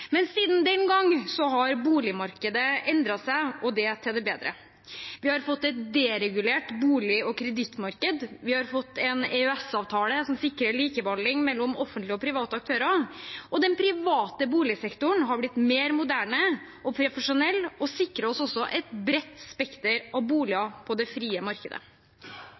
Men siden den gang har boligmarkedet endret seg – og det til det bedre. Vi har fått et deregulert bolig- og kredittmarked, vi har fått en EØS-avtale som sikrer likebehandling mellom offentlige og private aktører, og den private boligsektoren har blitt mer moderne og profesjonell og sikrer oss også et bredt spekter av boliger på det frie markedet.